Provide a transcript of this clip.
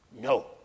No